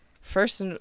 first